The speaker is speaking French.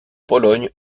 pologne